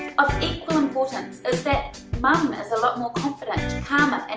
of equal importance is that mum is a lot more confident, calmer and